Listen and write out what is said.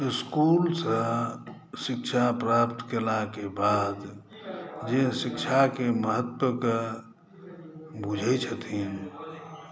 इसकुलसँ शिक्षा प्राप्त केलाक बाद जे शिक्षाके महत्वके बुझै छथिन